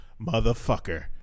motherfucker